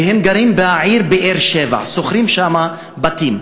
והם גרים בעיר באר-שבע ושוכרים שם בתים,